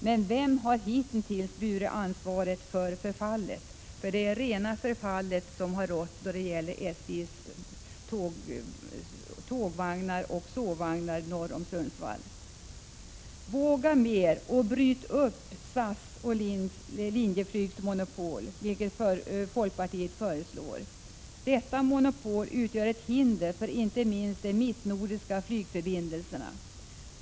Men vem har hitintills burit ansvaret för förfallet? För det är ett rent förfall som har rått då det gäller SJ:s tågoch sovvagnar norr om Sundsvall. Våga mer och bryt upp SAS-Linjeflygs monopol som folkpartiet föreslår. Detta monopol utgör ett hinder för inte minst de mittnordiska flygförbindelserna.